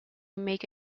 make